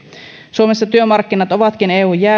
suomessa työmarkkinat ovatkin eun